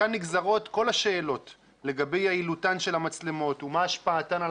מכאן נגזרות כל השאלות לגבי יעילותן של המצלמות ומה השפעתן על